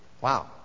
Wow